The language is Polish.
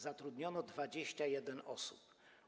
Zatrudniono 21 osób.